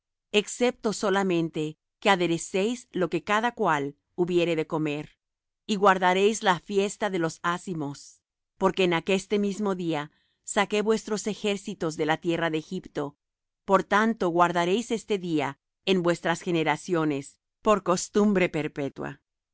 excepto solamente que aderecéis lo que cada cual hubiere de comer y guardaréis la fiesta de los ázimos porque en aqueste mismo día saqué vuestros ejércitos de la tierra de egipto por tanto guardaréis este día en vuestras generaciones por costumbre perpetua